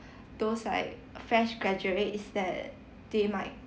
those like fresh graduates that they might